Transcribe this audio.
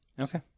Okay